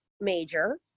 major